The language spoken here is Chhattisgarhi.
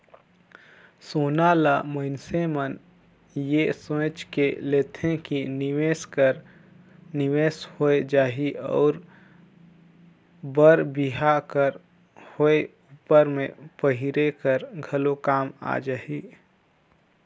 सोना ल मइनसे मन ए सोंएच के लेथे कि निवेस कर निवेस होए जाही अउ बर बिहा कर होए उपर में पहिरे कर घलो काम आए जाही